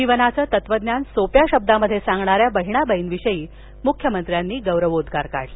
जीवनाचं तत्वज्ञान सोप्या शब्दात सांगणाऱ्या बहिणाबाईविषयी मुख्यमंत्र्यांनी गौरवोद्गार काढले